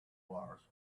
words